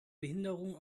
behinderungen